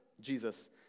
Jesus